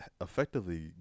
effectively